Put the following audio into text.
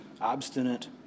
obstinate